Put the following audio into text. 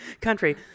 country